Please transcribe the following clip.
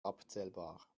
abzählbar